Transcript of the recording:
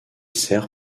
sert